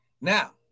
now